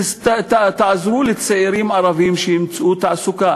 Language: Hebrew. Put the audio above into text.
תעזרו לצעירים ערבים למצוא תעסוקה.